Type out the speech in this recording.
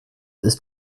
ist